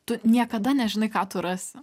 tu niekada nežinai ką tu rasi